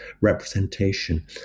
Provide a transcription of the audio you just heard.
representation